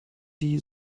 die